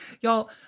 y'all